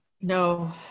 No